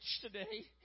today